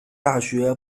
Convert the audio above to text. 大学